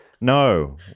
no